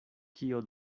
kio